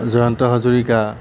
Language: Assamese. জয়ন্ত হাজৰিকা